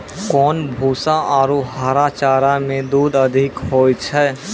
कोन भूसा आरु हरा चारा मे दूध अधिक होय छै?